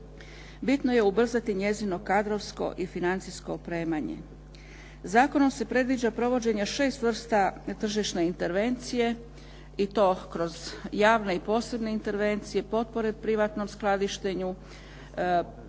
bitno je ubrzati njezino kadrovsko i financijsko opremanje. Zakonom se predviđa provođenje 6 vrsta tržišne intervencije i to kroz javne i posebne intervencije, potpore privatnom skladištenju,